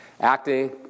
Acting